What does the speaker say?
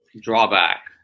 drawback